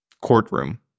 Courtroom